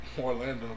Orlando